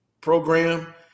program